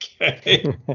Okay